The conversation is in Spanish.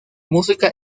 música